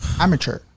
Amateur